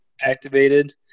activated